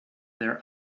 their